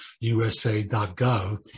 USA.gov